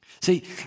See